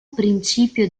principio